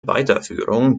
weiterführung